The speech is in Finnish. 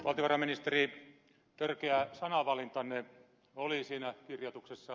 valtiovarainministeri törkeä sananvalintanne oli siinä kirjoituksessa